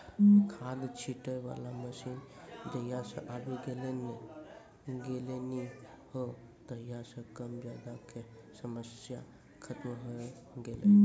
खाद छीटै वाला मशीन जहिया सॅ आबी गेलै नी हो तहिया सॅ कम ज्यादा के समस्या खतम होय गेलै